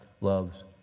loves